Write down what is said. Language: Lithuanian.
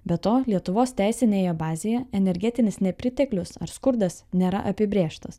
be to lietuvos teisinėje bazėje energetinis nepriteklius ar skurdas nėra apibrėžtas